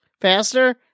Faster